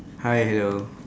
hi hello